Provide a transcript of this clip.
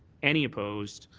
any opposed?